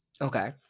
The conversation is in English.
Okay